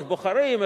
איך בוחרים,